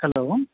hello